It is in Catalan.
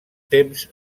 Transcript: temps